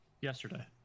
yesterday